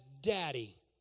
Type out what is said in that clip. Daddy